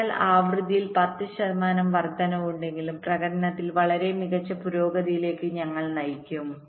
അതിനാൽ ആവൃത്തിയിൽ 10 ശതമാനം വർദ്ധനവുണ്ടെങ്കിലും പ്രകടനത്തിൽ വളരെ മികച്ച പുരോഗതിയിലേക്ക് ഞങ്ങൾ നയിക്കും